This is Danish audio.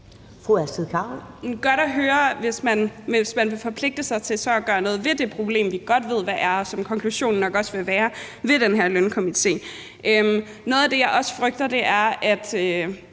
(SF): Det er godt at høre, hvis man så vil forpligte sig til at gøre noget ved det problem, vi godt ved hvad er, og det vil konklusionen nok også være for den her lønstrukturkomité. Noget af det, jeg også frygter, er, at